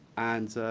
and